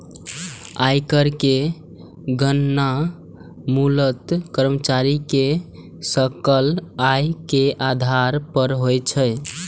आयकर के गणना मूलतः कर्मचारी के सकल आय के आधार पर होइ छै